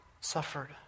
suffered